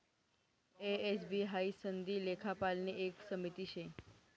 ए, S, B हाई सनदी लेखापालनी एक समिती शे